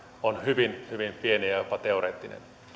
on hyvin hyvin pieni ja jopa teoreettinen